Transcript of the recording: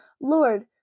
Lord